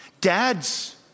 Dad's